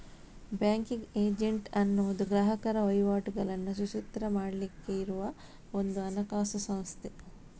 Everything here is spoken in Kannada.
ಬ್ಯಾಂಕಿಂಗ್ ಏಜೆಂಟ್ ಅನ್ನುದು ಗ್ರಾಹಕರ ವಹಿವಾಟುಗಳನ್ನ ಸುಸೂತ್ರ ಮಾಡ್ಲಿಕ್ಕೆ ಇರುವ ಒಂದು ಹಣಕಾಸು ಸಂಸ್ಥೆ